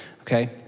okay